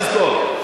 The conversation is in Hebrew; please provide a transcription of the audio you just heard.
תזכור.